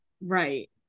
Right